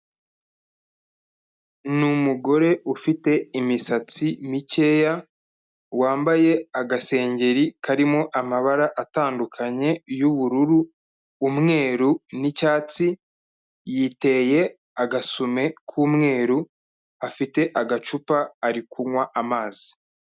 Ni umugore ufite imisatsi mikeya, wambaye agasengeri karimo amabara atandukanye y'ubururu, umweru n'icyatsi, yiteye agasume k'umweru, afite agacupa ari kunywa amazi.